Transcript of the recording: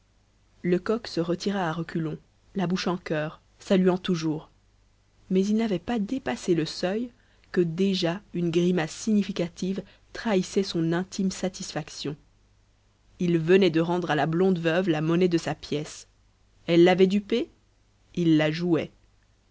lecoq se retira à reculons la bouche en cœur saluant toujours mais il n'avait pas dépassé le seuil que déjà une grimace significative trahissait son intime satisfaction il venait de rendre à la blonde veuve la monnaie de sa pièce elle l'avait dupé il la jouait